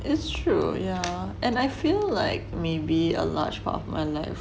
it's true yeah and I feel like maybe a large part of my life